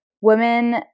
women –